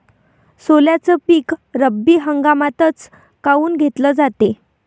सोल्याचं पीक रब्बी हंगामातच काऊन घेतलं जाते?